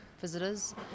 visitors